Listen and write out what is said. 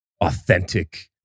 authentic